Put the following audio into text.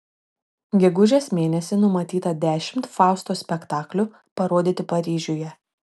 gegužės mėnesį numatyta dešimt fausto spektaklių parodyti paryžiuje